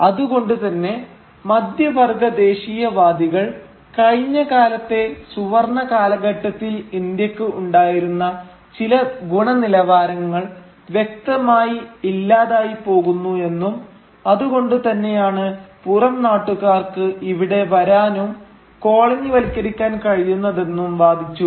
അതു കൊണ്ടുതന്നെ മധ്യവർഗ്ഗ ദേശീയവാദികൾ കഴിഞ്ഞ കാലത്തെ സുവർണ കാലഘട്ടത്തിൽ ഇന്ത്യക്ക് ഉണ്ടായിരുന്ന ചില ഗുണനിലവാരങ്ങൾ വ്യക്തമായി ഇല്ലാതായി പോകുന്നു എന്നും അതുകൊണ്ടു തന്നെയാണ് പുറം നാട്ടുകാർക്ക് ഇവിടെ വരാനും കോളനിവൽക്കരിക്കാൻ കഴിയുന്നതെന്നും വാദിച്ചു